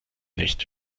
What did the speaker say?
nicht